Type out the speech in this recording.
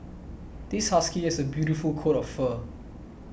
this husky has a beautiful coat of fur